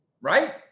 right